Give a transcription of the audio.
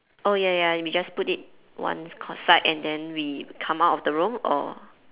oh ya ya we just put it one cor~ side and then we come out of the room or